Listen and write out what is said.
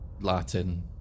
Latin